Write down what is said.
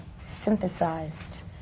synthesized